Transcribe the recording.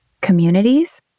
communities